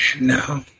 No